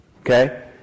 Okay